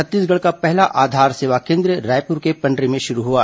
छत्तीसगढ़ का पहला आधार सेवा केन्द्र रायपुर के पंडरी में शुरू हुआ